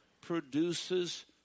produces